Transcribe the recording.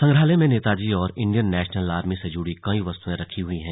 संग्रहालय में नेताजी और इंडियन नेशनल आर्मी से जुड़ी कई वस्तुएं रखी हई हैं